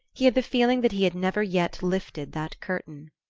he had the feeling that he had never yet lifted that curtain.